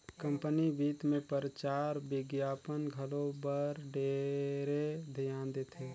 company बित मे परचार बिग्यापन घलो बर ढेरे धियान देथे